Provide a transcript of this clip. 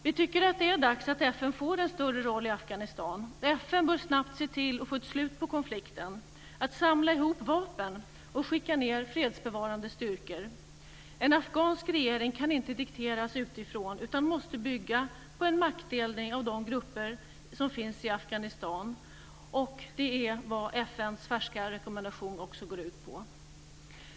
Vi tycker att det är dags för FN att få en större roll i Afghanistan. FN bör snabbt se till att få ett slut på konflikten, att vapen samlas ihop och att fredsbevarande styrkor skickas ned. En afghansk regering kan inte dikteras utifrån utan måste bygga på en maktdelning av de grupper som finns i Afghanistan. Det är vad FN:s färska rekommendation också går ut på.